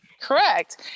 Correct